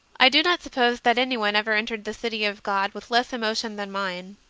i do not suppose that anyone ever entered the city of god with less emotion than mine.